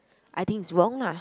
I think is wrong lah